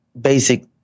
basic